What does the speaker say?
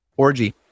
orgy